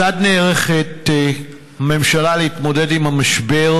1. כיצד נערכת הממשלה להתמודד עם המשבר?